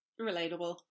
relatable